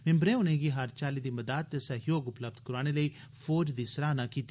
मैम्बरें उन्नें' गी हर चाल्ली दी मदाद ते सैहयोग उपलब्ध करोआने लेई फौज दी सराहना कीती